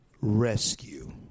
rescue